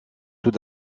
tout